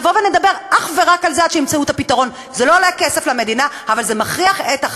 אבל זה מכריח את חברות הביטוח לשלם את מה שהן התחייבו לו בפוליסות.